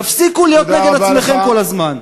תפסיקו להיות נגד עצמכם כל הזמן.